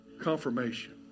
confirmation